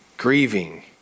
Grieving